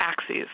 axes